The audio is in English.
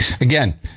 Again